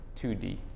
2D